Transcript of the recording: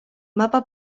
mapa